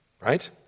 right